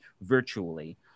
virtually